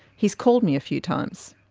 he's called me a few times.